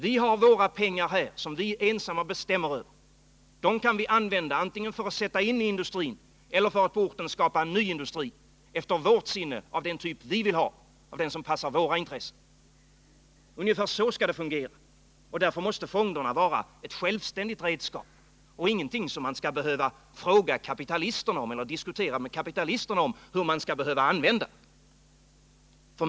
Vi har våra pengar, som vi ensamma bestämmer över. De kan vi använda antingen för att sätta in i industrin eller för att på orten skapa en ny industri, en industri efter vårt sinne, av den typ vi vill ha och som passar våra intressen. Ungefär så skall det fungera, och därför måste fonderna vara ett självständigt redskap och inte något som innebär att man skall behöva fråga kapitalisterna om hur pengarna skall användas.